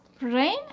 Rain